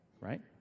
right